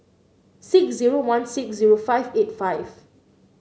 six zero one six zero five eight five